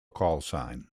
callsign